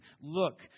look